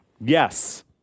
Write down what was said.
Yes